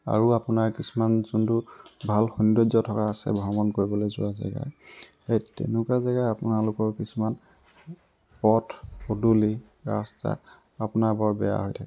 আৰু আপোনাৰ কিছুমান যোনটো ভাল সৌন্দৰ্য্য থকা আছে ভ্ৰমণ কৰিবলৈ যোৱা জেগা সেই তেনেকুৱা জেগা আপোনালোকৰ কিছুমান পথ পদূলি ৰাস্তা আপোনাৰ বৰ বেয়া হয়